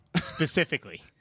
specifically